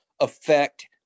affect